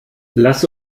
lass